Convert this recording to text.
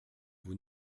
vous